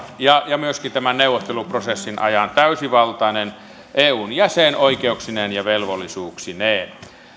ja ja myöskin tämän neuvotteluprosessin ajan iso britannia on täysivaltainen eun jäsen oikeuksineen ja velvollisuuksineen